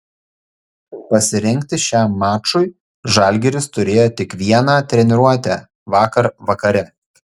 pasirengti šiam mačui žalgiris turėjo tik vieną treniruotę vakar vakare